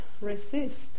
resist